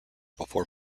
before